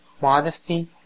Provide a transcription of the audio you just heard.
modesty